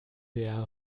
der